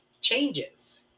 changes